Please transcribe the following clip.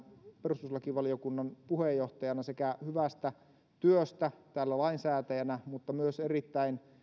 perustuslakivaliokunnan puheenjohtajana hyvästä työstä täällä lainsäätäjänä mutta myös erittäin